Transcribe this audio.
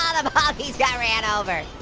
ah um ah baldies got ran over.